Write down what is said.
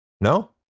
No